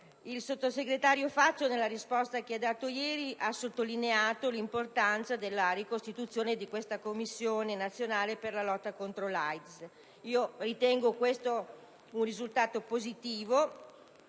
Il sottosegretario Fazio, nella risposta che ha dato ieri, ha sottolineato l'importanza della ricostituzione della Commissione nazionale per la lotta contro l'AIDS; lo ritengo un risultato positivo